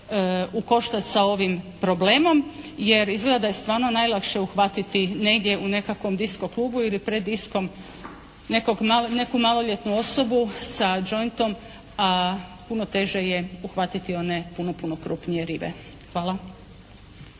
u koštac sa ovim problemom jer izgleda da je stvarno najlakše uhvatiti negdje u nekakvom disco klubu ili pred discom neku maloljetnu osobu sa jointom, a puno teže je uhvatiti one puno, puno krupnije ribe. Hvala.